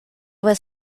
was